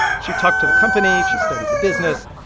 she talked to the company. she studied the business,